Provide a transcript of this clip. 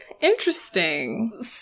Interesting